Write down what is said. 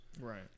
right